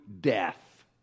death